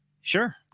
Sure